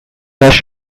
rush